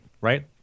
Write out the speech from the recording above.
right